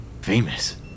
Famous